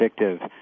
addictive